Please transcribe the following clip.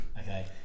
Okay